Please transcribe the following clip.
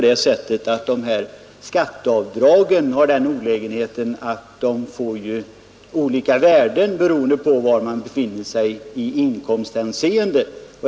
Dessutom har dessa skatteavdrag den olägenheten att värdet av dem blir beroende på var man ligger i inkomsthänseende.